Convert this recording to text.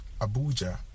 Abuja